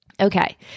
Okay